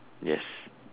yes